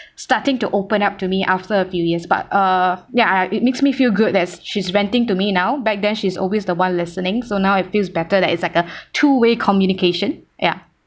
starting to open up to me after a few years but uh ya I it makes me feel good that she's ranting to me now back then she's always the one listening so now it feels better that it's like a two way communication ya